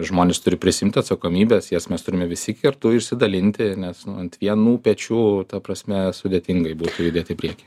žmonės turi prisiimti atsakomybės jas mes turime visi kartu išsidalinti nes ant vienų pečių ta prasme sudėtingai judėti į priekį